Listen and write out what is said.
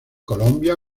colombia